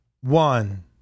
one